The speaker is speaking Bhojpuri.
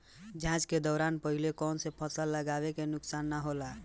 जाँच के दौरान पहिले कौन से फसल लगावे से नुकसान न होला?